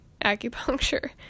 acupuncture